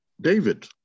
David